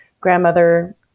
grandmother